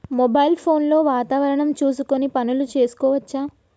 Mobile phone లో వాతావరణం చూసుకొని పనులు చేసుకోవచ్చా?